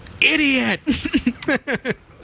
Idiot